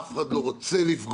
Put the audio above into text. אף אחד לא רוצה לפגוע,